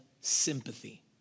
sympathy